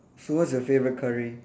so what's your favorite curry